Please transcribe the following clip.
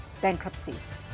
bankruptcies